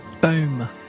Boom